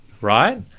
right